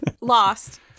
Lost